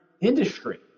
industry